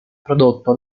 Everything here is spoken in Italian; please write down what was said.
prodotto